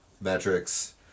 metrics